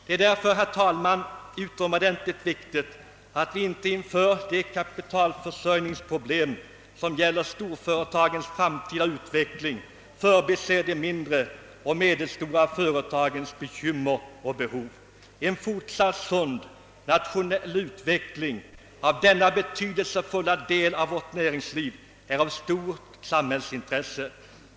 Det är därför, herr talman, utomordentligt viktigt att vi inte inför de kapitalförsörjningsproblem, som =<:gäller storföretagens framtida utveckling, förbiser de mindre och medelstora företagens bekymmer och behov. En fortsatt sund och rationell utveckling av denna betydelsefulla del av vårt näringsliv är ett stort samhällsintresse.